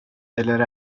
eller